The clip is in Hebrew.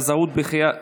(היעזרות בחיית שירות),